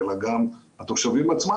אלא גם התושבים עצמם.